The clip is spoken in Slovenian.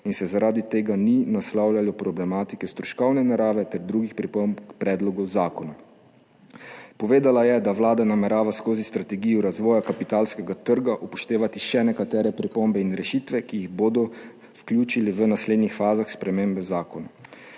in se zaradi tega ni naslavljalo problematike stroškovne narave ter drugih pripomb k predlogu zakona. Povedala je, da namerava vlada skozi strategijo razvoja kapitalskega trga upoštevati še nekatere pripombe in rešitve, ki jih bodo vključili v naslednjih fazah spremembe zakona.